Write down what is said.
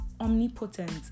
omnipotent